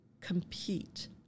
compete